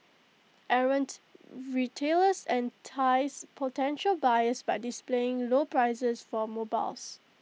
errant retailers entice potential buyers by displaying low prices for mobiles